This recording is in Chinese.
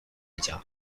哲学家